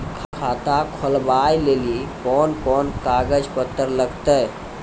खाता खोलबाबय लेली कोंन कोंन कागज पत्तर लगतै?